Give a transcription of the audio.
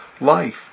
life